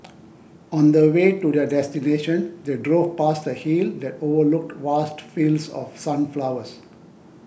on the way to their destination they drove past a hill that overlooked vast fields of sunflowers